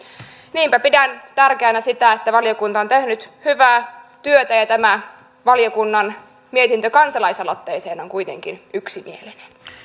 niinpä pidän tärkeänä sitä että valiokunta on tehnyt hyvää työtä ja tämä valiokunnan mietintö kansalaisaloitteeseen on kuitenkin yksimielinen